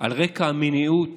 על רקע המניעות